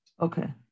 Okay